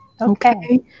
Okay